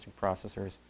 processors